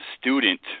student